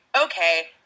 okay